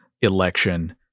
election